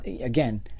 again